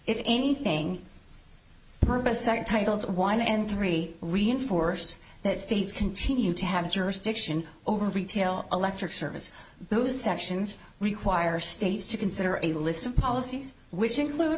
if anything second titles of wine and three reinforce that states continue to have jurisdiction over retail electric service those actions require states to consider a list of policies which include